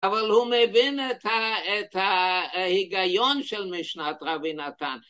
אבל הוא מבין את ההיגיון של משנת רבי נתן.